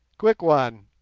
quick one!